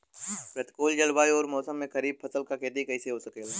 प्रतिकूल जलवायु अउर मौसम में खरीफ फसलों क खेती कइसे हो सकेला?